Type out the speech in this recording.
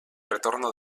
retorno